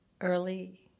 early